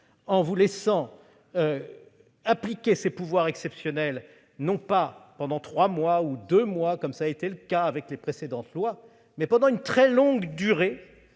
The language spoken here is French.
en vous laissant appliquer ces pouvoirs exceptionnels, non pas pendant deux ou trois mois, comme ce fut le cas avec les précédentes lois, mais pendant une très longue durée,